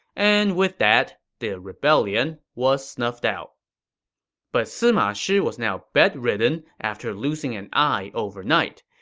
and with that, the rebellion was snuffed out but sima shi was now bedridden after losing an eye overnight.